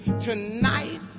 Tonight